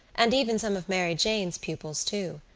and even some of mary jane's pupils too.